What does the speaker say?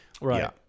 right